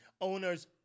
Owners